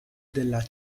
della